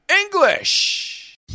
English